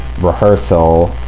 rehearsal